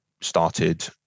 started